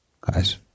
guys